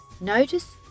Notice